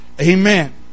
Amen